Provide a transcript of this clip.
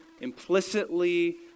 implicitly